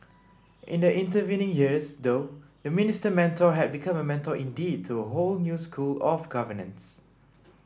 in the intervening years though the Minister Mentor had become a mentor indeed to a whole new school of governance